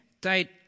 date